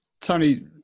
Tony